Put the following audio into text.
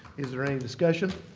is there any discussion?